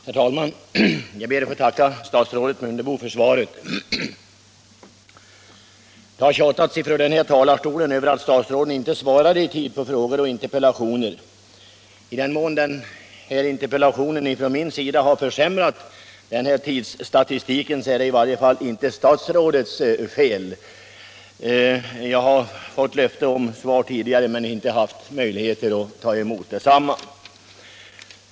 Herr talman! Jag ber att få tacka statsrådet Mundebo för svaret. Det har tjatats från den här talarstolen om att statsråden inte svarar i tid på frågor och interpellationer. I den mån denna interpellation från min sida har försämrat den tidsstatistiken, så är det i varje fall inte statsrådets fel. Jag har fått löfte om svar tidigare men inte haft möjlighet att ta emot detsamma.